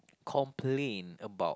complain about